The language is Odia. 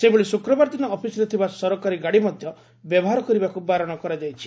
ସେହିଭଳି ଶ୍ବକ୍ରବାରଦିନ ଅଫିସରେ ଥିବା ସରକାରୀ ଗାଡି ମଧ୍ଧ ବ୍ୟବହାର କରିବାକୁ ବାରଣ କରାଯାଇଛି